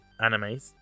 animes